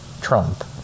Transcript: Trump